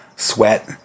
Sweat